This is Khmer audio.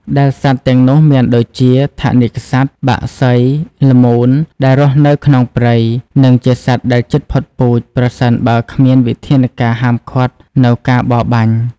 ដែលសត្វទាំងនោះមានដូចជា ថនិកសត្វ បក្សី ល្មូនដែលរស់នៅក្នុងព្រៃ និងជាសត្វដែលជិតផុតពូជ ប្រសិនបើគ្មានវិធានការហាមឃាត់នៅការបរបាញ់។